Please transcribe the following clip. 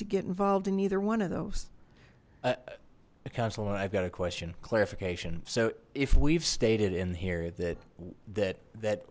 to get involved in either one of those a councilman i've got a question clarification so if we've stated in here that that that